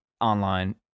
Online